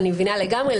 אני מבינה לגמרי.